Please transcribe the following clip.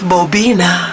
Bobina